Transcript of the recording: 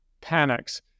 panics